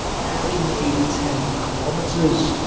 barely made ten kilometers,